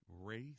race